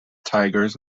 tigers